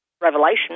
Revelation